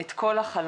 / את כל החלומות,